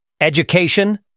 Education